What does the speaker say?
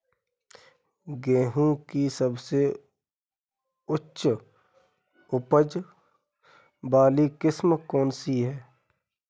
गेहूँ की सबसे उच्च उपज बाली किस्म कौनसी है?